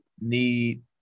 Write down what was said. need